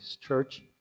Church